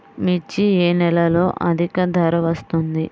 మిర్చి ఏ నెలలో అధిక ధర వస్తుంది?